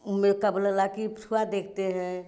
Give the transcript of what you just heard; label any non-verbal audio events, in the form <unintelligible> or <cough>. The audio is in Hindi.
उहमें का बोला ला कि <unintelligible> देखते हैं